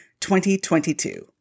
2022